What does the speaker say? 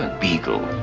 ah beagle,